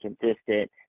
consistent